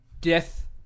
death